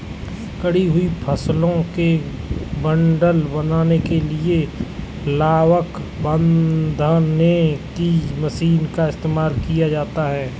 कटी हुई फसलों के बंडल बनाने के लिए लावक बांधने की मशीनों का इस्तेमाल किया जाता है